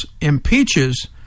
impeaches